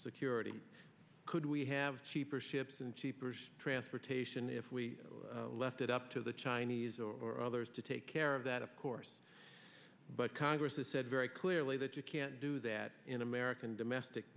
security could we have cheaper ships and cheaper transportation if we left it up to the chinese or others to take care of that of course but congress has said very clearly that you can't do that in american domestic